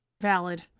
Valid